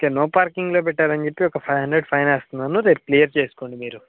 okay no పార్కింగ్లో పెట్టారని చెప్పి ఒక ఫైవ్ హండ్రెడ్ ఫైన్ ఏస్తున్నాను రేపు క్లియర్ చేసుకోండి మీరు